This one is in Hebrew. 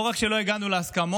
לא רק שלא הגענו להסכמות,